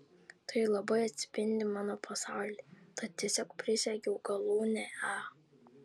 tai labai atspindi mano pasaulį tad tiesiog prisegiau galūnę a